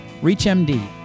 ReachMD